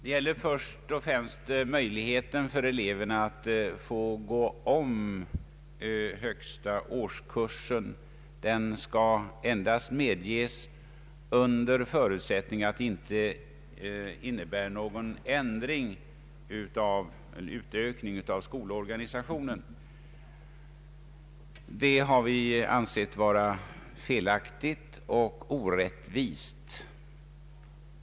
Jag tänker först och främst på möjligheten för eleverna att gå om högsta årskursen. Den möjligheten skall endast medges under förutsättning att den inte innebär någon utökning av skolorganisationen. Detta har vi ansett vara felaktigt och orättvist.